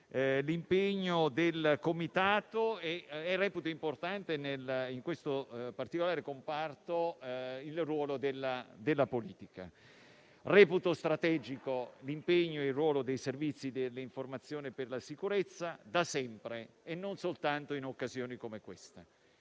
l'impegno del Comitato, così come reputo importante in questo particolare comparto il ruolo della politica. Reputo strategico l'impegno e il ruolo dei Servizi dell'informazione per la sicurezza da sempre, e non soltanto in occasioni come questa.